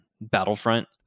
Battlefront